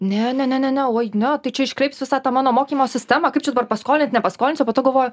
ne ne ne ne ne oi ne tai čia iškreips visą tą mano mokymo sistemą kaip čia dabar paskolint nepaskolinsiu o po to galvoju